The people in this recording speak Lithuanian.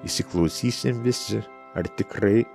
įsiklausysim visi ar tikrai